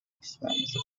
expenses